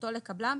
זכותו לקבלם,